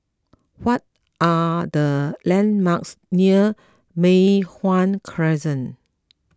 what are the landmarks near Mei Hwan Crescent